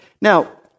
Now